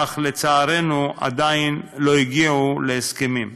אך, לצערנו, הם עדיין לא הגיעו להסכמים.